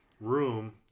room